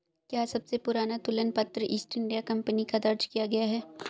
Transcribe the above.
क्या सबसे पुराना तुलन पत्र ईस्ट इंडिया कंपनी का दर्ज किया गया है?